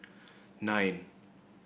nine